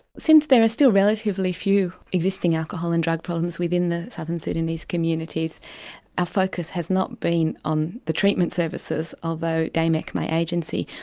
since there are still relatively few existing alcohol and drug problems within the southern sudanese communities our focus has not been on the treatment services although damec, my agency,